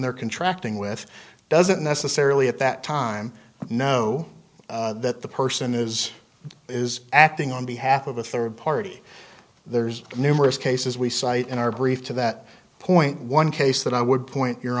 they're contracting with doesn't necessarily at that time know that the person is is acting on behalf of a third party there's numerous cases we cite in our brief to that point one case that i would point you